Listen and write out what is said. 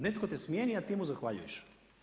Netko te smjeni, a ti mu zahvaljuješ.